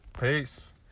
peace